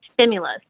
Stimulus